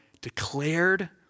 declared